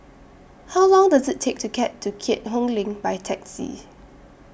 How Long Does IT Take to get to Keat Hong LINK By Taxi